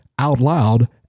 OUTLOUD